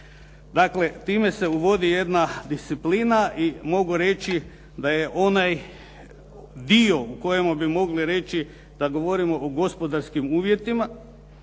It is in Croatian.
Dakle, time se uvodi jedna disciplina i mogu reći da je onaj dio u kojemu bi mogli reći da govorimo o gospodarskim uvjetima